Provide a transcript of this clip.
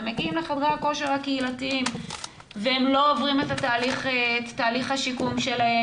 הם מגיעים לחדרי הכושר הקהילתיים והם לא עוברים את תהליך השיקום שלהם.